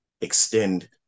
extend